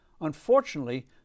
Unfortunately